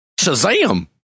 Shazam